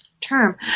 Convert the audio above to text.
term